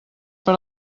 per